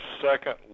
second